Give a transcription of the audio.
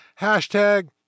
hashtag